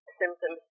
symptoms